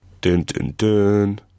Dun-dun-dun